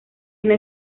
una